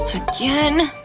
again?